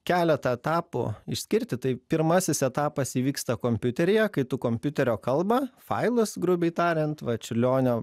keletą etapų išskirti tai pirmasis etapas įvyksta kompiuteryje kai tu kompiuterio kalbą failus grubiai tariant va čiurlionio